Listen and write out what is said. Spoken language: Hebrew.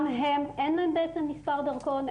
גם הם אין להם בעצם מספר דרכון,